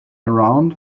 around